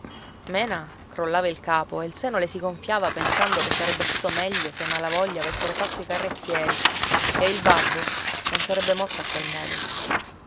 mena crollava il capo e il seno le si gonfiava pensando che sarebbe stato meglio se i malavoglia avessero fatto i carrettieri ché il babbo non sarebbe morto a quel modo